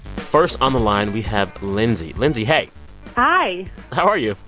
first on the line, we have lindsay. lindsay, hey hi how are you?